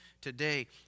today